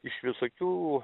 iš visokių